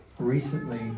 recently